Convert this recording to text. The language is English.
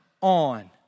on